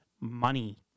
money